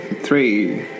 Three